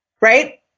right